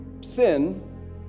sin